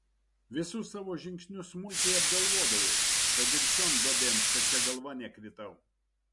visus savo žingsnius smulkiai apgalvodavau tad ir šion duobėn stačia galva nekritau